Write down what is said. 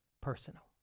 personal